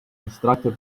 instructor